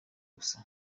gusa